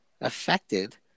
affected